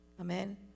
Amen